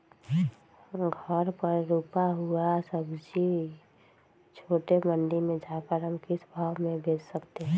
घर पर रूपा हुआ सब्जी छोटे मंडी में जाकर हम किस भाव में भेज सकते हैं?